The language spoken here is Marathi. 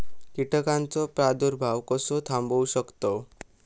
कीटकांचो प्रादुर्भाव कसो थांबवू शकतव?